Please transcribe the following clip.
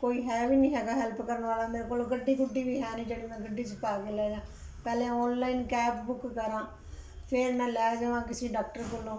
ਕੋਈ ਹੈ ਵੀ ਨਹੀਂ ਹੈਗਾ ਹੈਲਪ ਕਰਨ ਵਾਲਾ ਮੇਰੇ ਕੋਲ ਗੱਡੀ ਗੁੱਡੀ ਵੀ ਹੈ ਨਹੀਂ ਜਿਹੜੀ ਮੈਂ ਗੱਡੀ 'ਚ ਪਾ ਕੇ ਲੈ ਜਾ ਪਹਿਲਾਂ ਓਨਲਾਈਨ ਕੈਬ ਬੁੱਕ ਕਰਾਂ ਫਿਰ ਮੈਂ ਲੈ ਜਾਵਾਂ ਕਿਸੇ ਡਾਕਟਰ ਕੋਲ